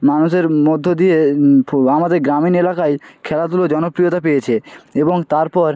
মানুষের মধ্য দিয়ে ফো আমাদের গ্রামীণ এলাকায় খেলাধুলো জনপ্রিয়তা পেয়েছে এবং তারপর